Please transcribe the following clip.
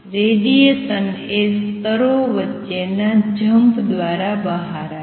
radiation એ સ્તરો વચ્ચેના જમ્પ દ્વારા બહાર આવે છે